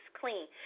clean